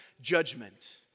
judgment